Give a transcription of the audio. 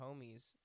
homies